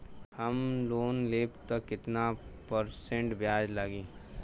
हम लोन लेब त कितना परसेंट ब्याज लागी?